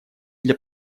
для